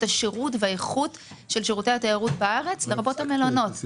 השירות והאיכות של שירותי התיירות בארץ לרבות המלונות.